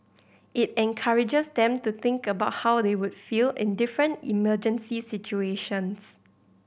it encourages them to think about how they would feel in different emergency situations